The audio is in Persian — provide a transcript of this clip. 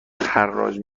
حراج